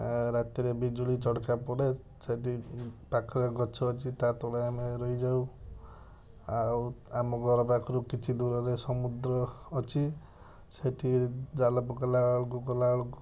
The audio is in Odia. ରାତିରେ ବିଜୁଳି ଚଡ଼କା ପଡ଼େ ଯଦି ପାଖରେ ଗଛ ଅଛି ତା'ତଳେ ଆମେ ରହିଯାଉ ଆଉ ଆମ ଘର ପାଖରୁ କିଛି ଦୂରରେ ସମୁଦ୍ର ଅଛି ସେଥିରେ ଜାଲ ପକାଇଲା ବେଳକୁ ଗଲାବେଳକୁ